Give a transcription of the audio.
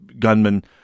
Gunman